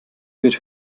wird